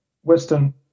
Western